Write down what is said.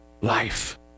life